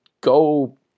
Go